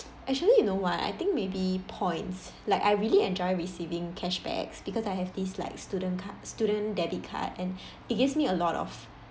actually you know what I think maybe points like I really enjoy receiving cashbacks because I have this like student card student debit card and it gives me a lot of